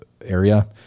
area